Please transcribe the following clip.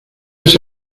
ese